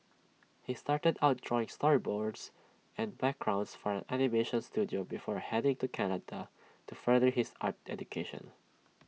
he started out drawing storyboards and backgrounds for an animation Studio before heading to Canada to further his art education